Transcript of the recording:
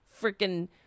freaking